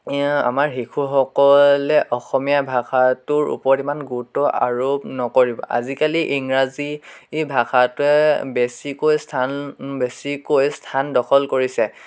আমাৰ শিশুসকলে অসমীয়া ভাষাটোৰ ওপৰত ইমান গুৰুত্ব আৰোপ নকৰিব আজিকালি ইংৰাজী ভাষাটোৱে বেছিকৈ স্থান বেছিকৈ স্থান দখল কৰিছে